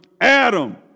Adam